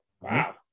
Wow